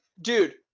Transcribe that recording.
dude